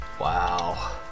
Wow